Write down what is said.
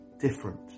different